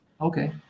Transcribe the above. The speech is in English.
Okay